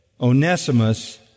Onesimus